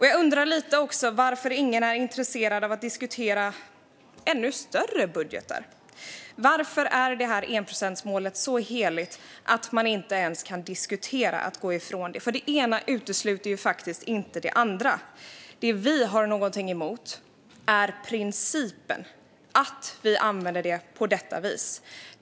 Jag undrar också varför ingen är intresserad av att diskutera ännu större budgetar. Varför är detta enprocentsmål så heligt att man inte ens kan diskutera att gå ifrån det? Det ena utesluter faktiskt inte det andra. Det som vi har någonting emot är principen att vi använder det på detta vis.